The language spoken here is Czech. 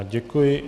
Děkuji.